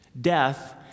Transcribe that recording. Death